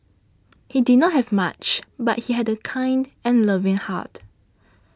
he did not have much but he had a kind and loving heart